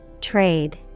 Trade